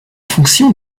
fonction